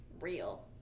real